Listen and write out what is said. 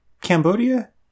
Cambodia